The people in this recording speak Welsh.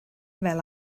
fel